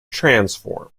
transform